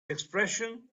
expression